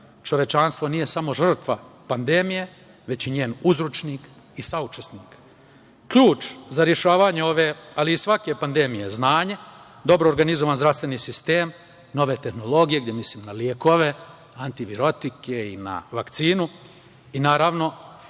Čovečanstvo nije samo žrtva pandemije, već i njen uzročnik i saučesnik. Ključ za rešavanje ove, ali i svake pandemije, jeste znanje, dobro organizovan zdravstveni sistem, nove tehnologije, gde mislim na lekove, antivirotike i na vakcinu, kao i, naravno,